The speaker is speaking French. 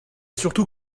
surtout